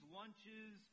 lunches